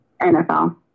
NFL